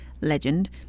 Legend